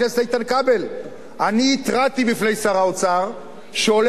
אני התרעתי בפני שר האוצר שהולכת להיות התרסקות באירופה,